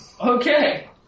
Okay